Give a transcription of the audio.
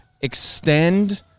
extend